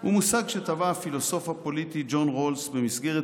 הוא מושג שטבע הפילוסוף הפוליטי ג'ון רולס במסגרת